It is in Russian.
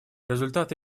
результаты